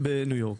בישראל הרוויח,